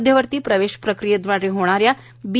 मध्यवर्ती प्रवेश प्रक्रियेदवारे होणाऱ्या बी